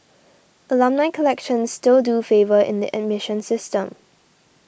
alumni connections still do favour in the admission system